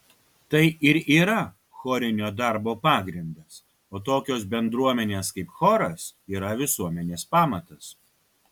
tai ir yra chorinio darbo pagrindas o tokios bendruomenės kaip choras yra visuomenės pamatas